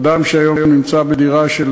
אדם שהיום נמצא בדירה של